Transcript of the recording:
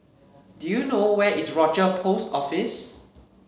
do you know where is Rochor Post Office